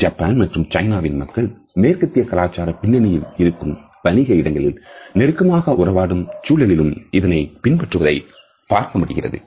Japan மற்றும் சைனாவின் மக்கள் மேற்கத்திய கலாச்சார பின்னணியில் இருக்கும் வணிக இடங்களில் நெருக்கமாக உறவாடும் சூழலிலும் இதனை பின்பற்றுவதை பார்க்க முடிகிறது